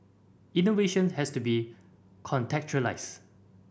innovation has to be contextualised